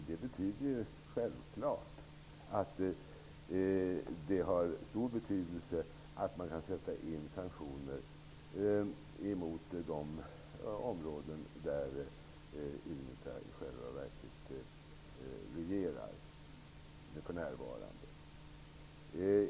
Det har självfallet stor betydelse att man kan sätta in sanktioner mot de områden där Unita i själva verket för närvarande regerar.